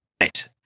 right